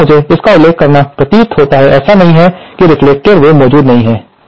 अब यहां मुझे इसका उल्लेख करना प्रतीत होता है ऐसा नहीं है कि रेफ्लेक्टेड वेव मौजूद नहीं है